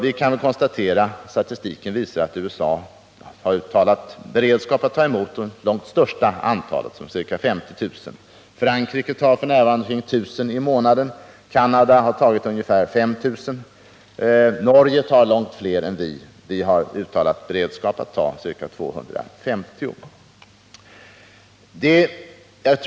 Vi kan konstatera att statistiken visar att USA har uttalat beredskap att ta emot det största antalet flyktingar, ca 50 000. Frankrike tar f. n. emot omkring 1000 flyktingar i månaden. Canada har tagit emot ungefär 5 000. Norge tar emot långt fler än vi. Vi har uttalat beredskap att ta emot ca 250.